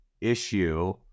issue